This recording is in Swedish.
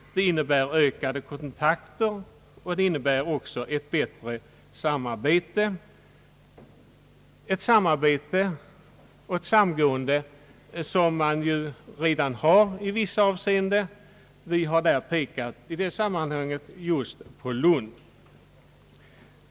En sådan innebär ökade kontakter och den innebär också ett bättre samarbete, ett samarbete och ett samgående som man i vissa avseenden redan har. Vi har därvidlag pekat just på Lund.